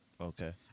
Okay